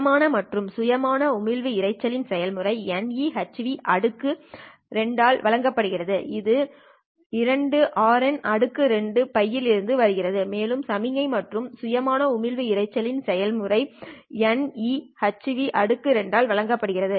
சுயமான சுயமான உமிழ்வு இரைச்சலின் செயல்முறை ηehν2 ஆல் வழங்கப்படுகிறது இது 2RN2τ இலிருந்து வருகிறது மேலும் சமிக்ஞை மற்றும் சுயமான உமிழ்வு இரைச்சலின் செயல்முறை ηehν2 ஆல் வழங்கப்படுகிறது